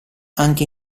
anche